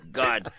god